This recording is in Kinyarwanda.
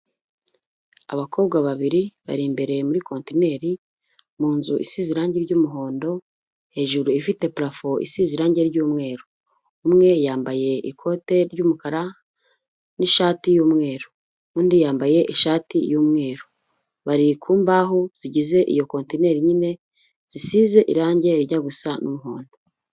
Abakobwa babiri, bari imbere muri kontineri, mu nzu isize irangi ry'umuhondo, hejuru ifite purafo isize irangi ry'umweru, umwe yambaye ikote ry'umukara, n'ishati y'umweru, undi yambaye ishati y'umweru, bari ku mbaho zigize iyo kontineri nyine, zisize irangi rijya gusa n'umuhondo.